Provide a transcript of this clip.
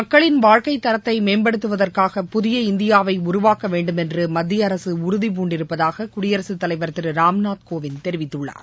மக்களின் வாழ்க்கைத் தரத்தை மேம்படுத்துவதற்காக புதிய இந்தியாவை உருவாக்க வேண்டுமென்று மத்திய அரசு உறுதி பூண்டிருப்பதாக குடியரசுத் தலைவர் திரு ராம்நாத் கோவிந்த் தெரிவித்துள்ளார்